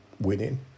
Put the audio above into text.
winning